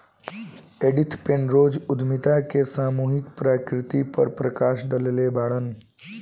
Edith Penrose उद्यमिता के सामूहिक प्रकृति पर प्रकश डलले बाड़न